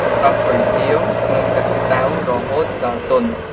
ស្រុះគុយទាវ ក្នុងទឹកក្តៅរហូតដល់ទន់។